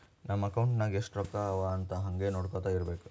ನಮ್ ಅಕೌಂಟ್ ನಾಗ್ ಎಸ್ಟ್ ರೊಕ್ಕಾ ಅವಾ ಅಂತ್ ಹಂಗೆ ನೊಡ್ಕೊತಾ ಇರ್ಬೇಕ